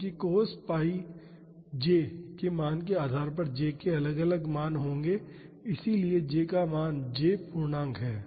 इसलिए cos pi j के मान के आधार पर j के 2 अलग अलग मान होंगे इसलिए j का मान j पूर्णांक है